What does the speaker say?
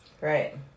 right